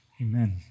Amen